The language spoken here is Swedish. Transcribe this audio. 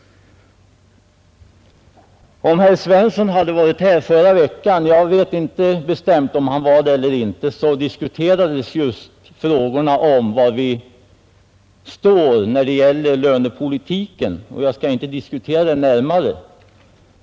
Om herr Svensson hade varit här förra veckan — jag vet inte bestämt om han var det eller inte — hade han kunnat konstatera det; då diskuterades just var vi står när det gäller lönepolitiken. Jag skall nu inte beröra det närmare.